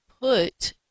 put